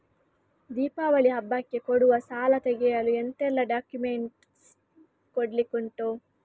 ದೀಪಾವಳಿ ಹಬ್ಬಕ್ಕೆ ಕೊಡುವ ಸಾಲ ತೆಗೆಯಲು ಎಂತೆಲ್ಲಾ ಡಾಕ್ಯುಮೆಂಟ್ಸ್ ಕೊಡ್ಲಿಕುಂಟು?